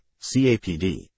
CAPD